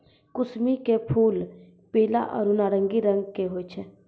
कुसमी के फूल पीला आरो नारंगी रंग के होय छै